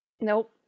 Nope